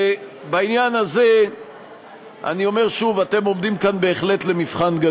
ובעניין הזה אני אומר שוב: אתם עומדים כאן בהחלט למבחן.